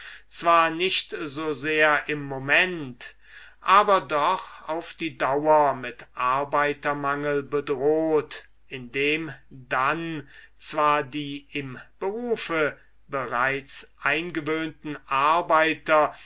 zwar nicht so sehr im moment aber doch auf die dauer mit arbeitermangel bedroht indem dann zwar die im berufe bereits eingewöhnten arbeiter